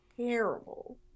terrible